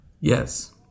Yes